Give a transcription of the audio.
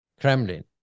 Kremlin